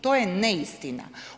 To je neistina.